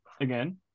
again